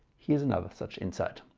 here's another such insight.